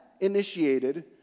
initiated